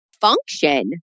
function